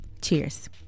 Cheers